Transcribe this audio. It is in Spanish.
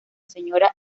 señora